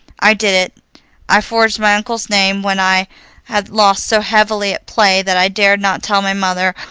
i did it i forged my uncle's name when i had lost so heavily at play that i dared not tell my mother,